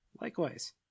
Likewise